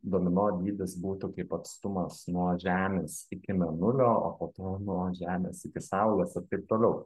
domino dydis būtų kaip atstumas nuo žemės iki mėnulio o po to nuo žemės iki saulės ir taip toliau